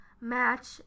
match